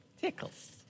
Tickles